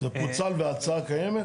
זה פוצל וההצעה קיימת?